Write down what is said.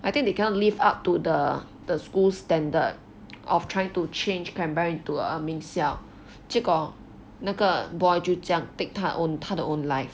I think they cannot live up to the the school's standard of trying to change cranberra into a 名校结果那个 boy 就这样 take 他的 own 他的 own life